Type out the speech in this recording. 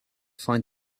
find